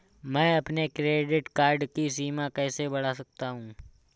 मैं अपने credit card की सीमा कैसे बढ़ा सकता हूँ?